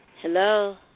Hello